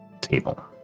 table